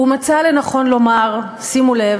ומצא לנכון לומר, שימו לב: